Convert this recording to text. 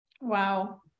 Wow